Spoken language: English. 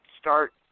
start